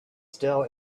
still